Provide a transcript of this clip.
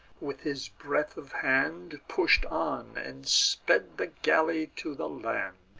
with his breadth of hand, push'd on, and sped the galley to the land.